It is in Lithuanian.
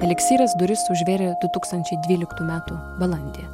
eliksyras duris užvėrė du tūkstančiai dvyliktų metų balandį